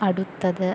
അടുത്തത്